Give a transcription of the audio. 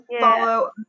Follow